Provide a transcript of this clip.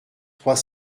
trois